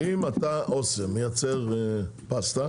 אם אתה אוסם, מייצר פסטה.